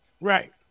Right